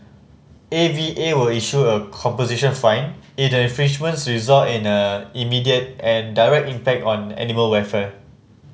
A V A will issue a composition fine if the infringements result in a immediate and direct impact on animal welfare